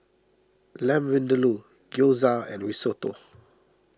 Lamb Vindaloo Gyoza and Risotto